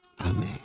Amen